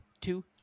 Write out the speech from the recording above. Two